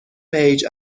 page